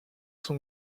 son